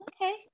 okay